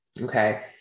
Okay